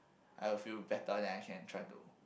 I will feel better then I can try to